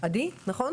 עדי בן מורדכי,